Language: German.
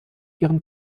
ihren